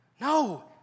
No